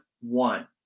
one